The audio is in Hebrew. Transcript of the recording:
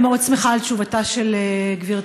אני מאוד שמחה על תשובתה של גברתי,